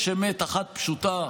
יש אמת אחת פשוטה: